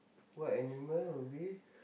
what animal will be